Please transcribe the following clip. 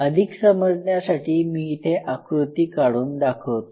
अधिक समजण्यासाठी मी इथे आकृती काढून दाखवतो